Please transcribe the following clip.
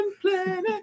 Planet